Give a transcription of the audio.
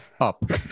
Up